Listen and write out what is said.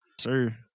sir